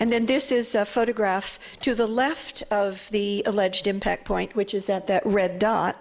and then this is a photograph to the left of the alleged impact point which is that that red dot